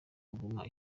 kuguma